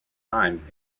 times